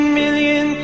million